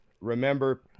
Remember